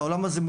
בעולם הזה,